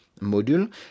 module